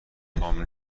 پام